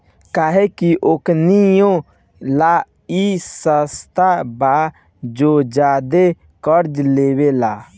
काहे कि ओकनीये ला ई सस्ता बा जे ज्यादे कर्जा लेवेला